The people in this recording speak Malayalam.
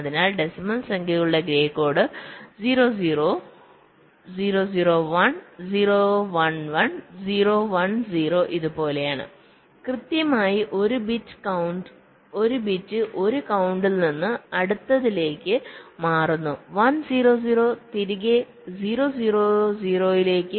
അതിനാൽഡെസിമൽ സംഖ്യകളുടെ ഗ്രേ കോഡ് 0 0 0 0 0 1 0 1 1 0 1 0 ഇതുപോലെയാണ് കൃത്യമായി ഒരു ബിറ്റ് ഒരു കൌണ്ടിൽ നിന്ന് അടുത്തതിലേക്ക് മാറുന്നു 1 0 0 തിരികെ 0 0 0 ലേക്ക്